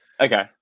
Okay